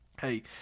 Hey